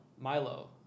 milo